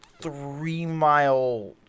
three-mile